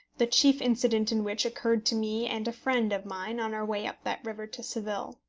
the chief incident in which occurred to me and a friend of mine on our way up that river to seville.